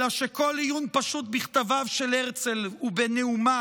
אלא שכל עיון פשוט בכתביו של הרצל ובנאומיו,